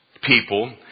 people